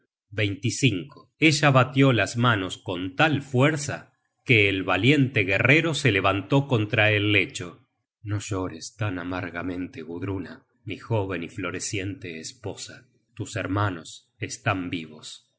sigurd content from google book search generated at el valiente guerrero se levantó contra el lecho no llores tan amargamente gudruna mi jóven y floreciente esposa tus hermanos están vivos